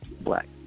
Black